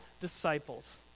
disciples